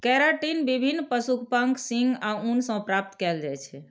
keratin विभिन्न पशुक पंख, सींग आ ऊन सं प्राप्त कैल जाइ छै